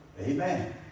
Amen